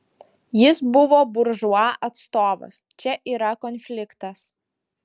jis buvo buržua atstovas čia yra konfliktas